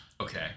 Okay